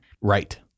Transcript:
Right